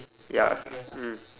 ya mm